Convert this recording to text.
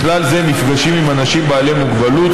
ובכלל זה מפגשים עם אנשים בעלי מוגבלות,